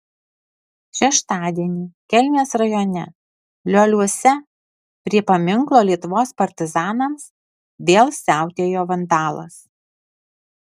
šeštadienį kelmės rajone lioliuose prie paminklo lietuvos partizanams vėl siautėjo vandalas